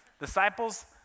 Disciples